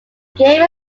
game